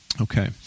Okay